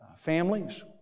families